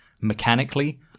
mechanically